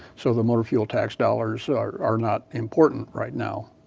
so the motor fuel tax dollars are not important right now,